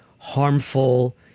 Harmful